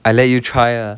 I let you try ah